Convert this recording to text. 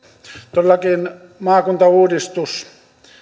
todellakin maakuntauudistus